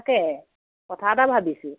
তাকে কথা এটা ভাবিছোঁ